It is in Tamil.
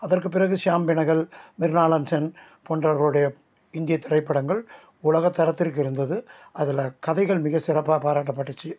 அதற்கு பிறகு ஷியாம் பெனகல் மெர்னாலம்சன் போன்றவர்களுடைய இந்திய திரைப்படங்கள் உலகத்தரத்திற்கு இருந்தது அதில் கதைகள் மிக சிறப்பாக பாராட்டப்பட்டுச்சு